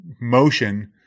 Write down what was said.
motion